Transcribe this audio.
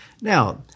Now